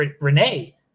Renee